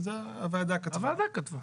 הוועדה כתבה.